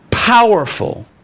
powerful